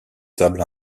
tables